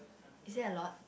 is there a lot